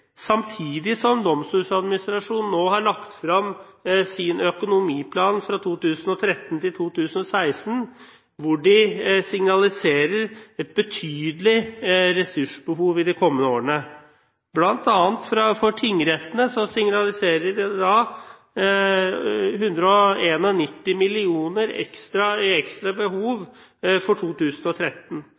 samtidig som Domstoladministrasjonen nå har lagt frem sin økonomiplan for 2013–2016, hvor de signaliserer et betydelig ressursbehov i de kommende årene. Blant annet for tingrettene signaliseres 191 mill. kr i ekstra behov for 2013. Det